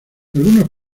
algunos